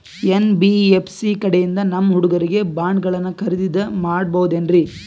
NBFC ಕಡೆಯಿಂದ ನಮ್ಮ ಹುಡುಗರಿಗೆ ಬಾಂಡ್ ಗಳನ್ನು ಖರೀದಿದ ಮಾಡಬಹುದೇನ್ರಿ?